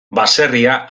baserria